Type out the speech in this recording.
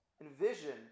envision